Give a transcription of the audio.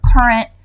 current